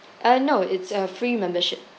uh no it's a free membership